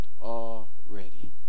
already